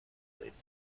reden